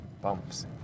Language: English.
Bumps